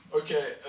Okay